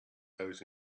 those